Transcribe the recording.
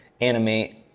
animate